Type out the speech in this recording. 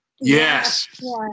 Yes